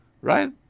Right